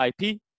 IP